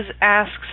asks